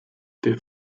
der